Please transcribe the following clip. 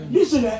Listen